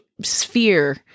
sphere